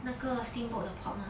那个 steamboat 的 pot mah